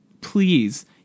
please